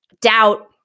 doubt